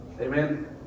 Amen